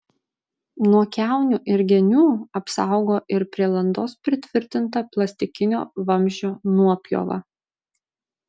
nuo kiaunių ir genių apsaugo ir prie landos pritvirtinta plastikinio vamzdžio nuopjova